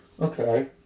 Okay